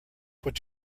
what